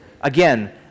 again